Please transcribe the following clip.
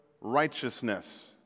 righteousness